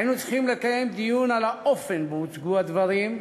היינו צריכים לקיים דיון על האופן שבו הוצגו הדברים,